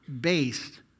based